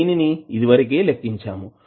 దీనిని ఇదివరకే లెక్కించాము